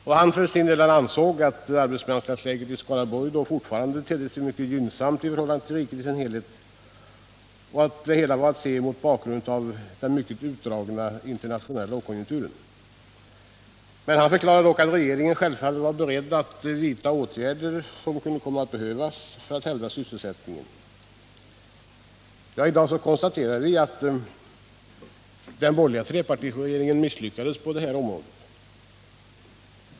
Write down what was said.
Han ansåg för sin del att arbetsmarknadsläget i Skaraborgs län då tedde sig mycket gynnsamt i förhållande till riket i dess helhet och att situationen fick ses mot bakgrund av den mycket utdragna internationella lågkonjunkturen. Han förklarade dock att regeringen självfallet var beredd att vidta de åtgärder som kunde komma att behövas för att hävda sysselsättningen. I dag kan vi konstatera att den borgerliga trepartiregeringen misslyckades på det här området.